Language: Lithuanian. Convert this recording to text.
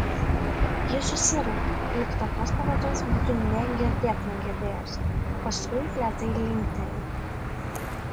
ji susiraukia lyg tokios pavardės būtų nė girdėt negirdėjusi paskui lėtai linkteli